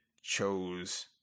chose